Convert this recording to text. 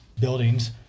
buildings